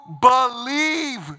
believe